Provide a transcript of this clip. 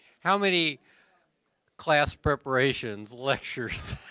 how many class preparations, lectures